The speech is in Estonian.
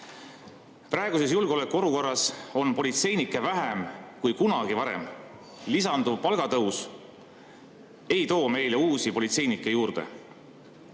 Praeguses julgeolekuolukorras on politseinikke vähem kui kunagi varem. Lisanduv palgatõus ei too meile uusi politseinikke juurde.